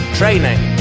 training